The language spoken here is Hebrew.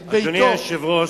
אדוני היושב-ראש,